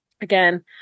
Again